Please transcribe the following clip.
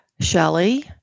Shelly